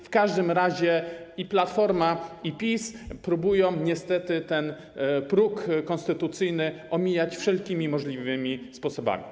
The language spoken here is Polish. W każdym razie i Platforma, i PiS próbują niestety próg konstytucyjny omijać wszelkimi możliwymi sposobami.